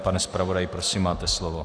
Pane zpravodaji, prosím, máte slovo.